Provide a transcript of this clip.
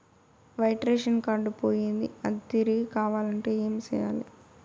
white ration card పోయింది అది తిరిగి కావాలంటే ఏం సేయాలి